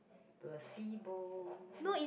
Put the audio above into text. placebo